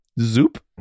Zoop